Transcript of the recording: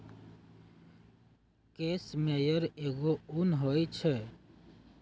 case मेयर एगो उन होई छई